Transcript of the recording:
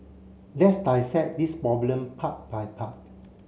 let's dissect this problem part by part